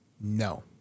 no